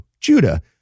Judah